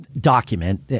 document